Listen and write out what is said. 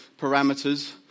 parameters